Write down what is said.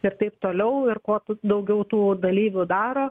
ir taip toliau ir kuo daugiau tų dalyvių daro